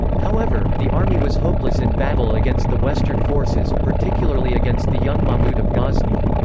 however, the army was hopeless in battle against the western forces, particularly against the young mahmud of ghazni.